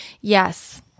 Yes